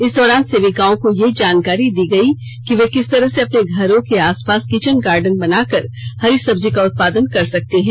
इस दौरान सेविकाओं को यह जानकारी दी गयी कि वे किस तरह से अपने घरों के आसपास किचन गार्डन बनाकर हरी सब्जी का उत्पादन कर सकती है